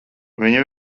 viņi